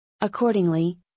Accordingly